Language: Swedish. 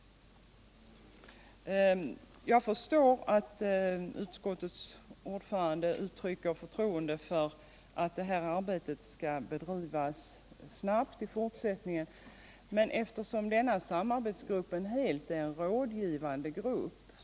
Jag förstår att utskottets ordförande uttryckte förtroende för aut det här arbetet skulle bedrivas snabbt i fortsättningen. Men eftersom denna samarbetsgrupp helt är en rådgivande grupp.